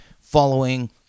following